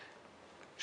רגע,